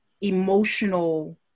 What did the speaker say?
emotional